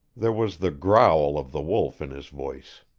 there was the growl of the wolf in his voice.